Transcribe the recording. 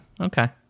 okay